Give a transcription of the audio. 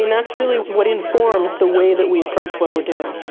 and that's really what informs the way that we approach what we're doing.